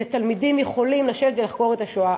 ותלמידים יכולים לשבת ולחקור את השואה.